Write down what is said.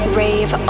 rave